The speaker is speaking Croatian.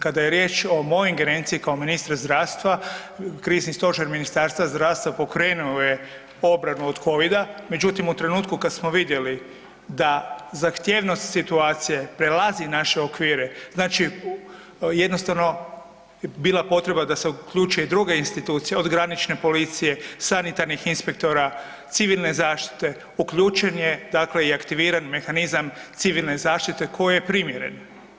Kada je riječ o mojoj ingerenciji kao ministra zdravstva, Križni stožer Ministarstva zdravstva pokrenuo je obranu od Covida, međutim, u trenutku kad smo vidjeli da zahtjevnost situacije prelazi naše okvire, znači jednostavno, bila potreba da se uključe i druge institucije, od granične policije, sanitarnih inspektora, civilne zaštite, uključen je, dakle, i aktiviran mehanizam civilne zaštite koji je primjeren.